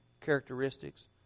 characteristics